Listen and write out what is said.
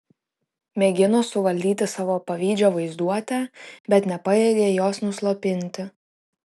mėgino suvaldyti savo pavydžią vaizduotę bet nepajėgė jos nuslopinti